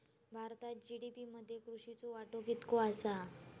भारतात जी.डी.पी मध्ये कृषीचो वाटो कितको आसा?